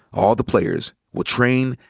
all the players will train,